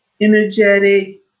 energetic